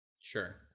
Sure